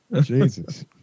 Jesus